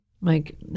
Mike